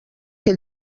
que